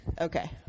Okay